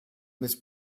miss